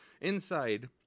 Inside